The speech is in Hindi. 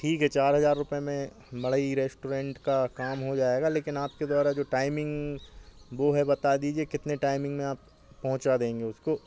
ठीक है चार हज़ार रुपये में बड़ई रेस्टोरेंट का काम हो जाएगा लेकिन आपके द्वारा जो टाइमिंग बु है बता दीजिए कितने टाइमिंग में आप पहुँचा देंगे उसको